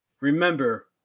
remember